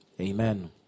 Amen